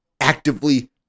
actively